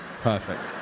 perfect